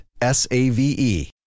S-A-V-E